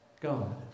God